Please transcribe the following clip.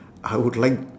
I would like